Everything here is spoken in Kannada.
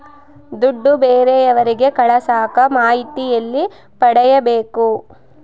ದುಡ್ಡು ಬೇರೆಯವರಿಗೆ ಕಳಸಾಕ ಮಾಹಿತಿ ಎಲ್ಲಿ ಪಡೆಯಬೇಕು?